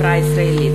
החברה הישראלית.